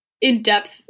in-depth